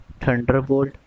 Thunderbolt